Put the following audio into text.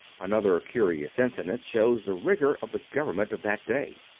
another curious incident shows the rigor of the government of that day.